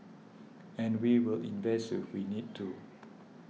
and we will invest if we need to